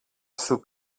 σου